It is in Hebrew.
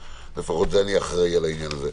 לפחות אני אחראי על העניין הזה.